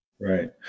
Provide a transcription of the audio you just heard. Right